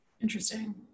Interesting